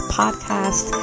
podcast